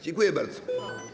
Dziękuję bardzo.